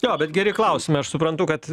jo bet geri klausimai aš suprantu kad